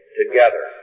together